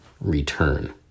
Return